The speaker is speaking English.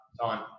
time